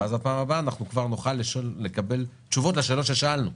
ואז בפעם הבאה אנחנו כבר נוכל לקבל תשובות לשאלות ששאלנו.